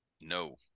No